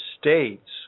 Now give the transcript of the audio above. states